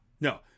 no